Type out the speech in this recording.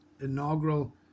inaugural